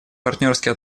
партнерские